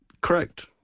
Correct